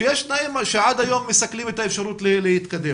שיש תנאים שעד היום מסכלים את האפשרות להתקדם.